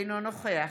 אינו נוכח